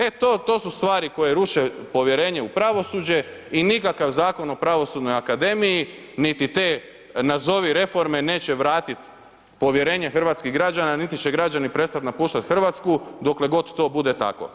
E to, to su stvari koje ruše povjerenje u pravosuđe i nikakav Zakon o pravosudnoj akademiji, niti te, nazovi reforme, neće vratit povjerenje hrvatskih građana, niti će građani prestat napuštat RH dokle god to bude tako.